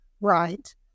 Right